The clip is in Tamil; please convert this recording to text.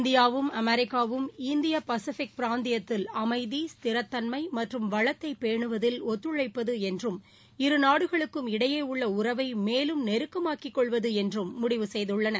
இந்தியாவும் அமெரிக்காவும் இந்தியா பசிபிக் பிராந்தியத்தில் அமைதி ஸ்திரதன்மை மற்றும் வளத்தை பேனுவதில் ஒத்துழைப்பது என்றும் இரு நாடுகளுக்கும் இடையே உள்ள உறவை மேலும் நெருக்கமாக்கி கொள்ளவது என்றும் முடிவு செய்துள்ளன